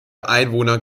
einwohner